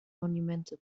monumental